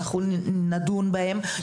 אנחנו נדון בהן,